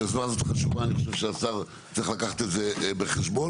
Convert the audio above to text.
היוזמה חשובה אני חושב שהשר צריך לקחת את זה בחשבון.